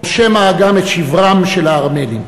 או שמא גם את שברם של הארמנים?